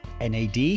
nad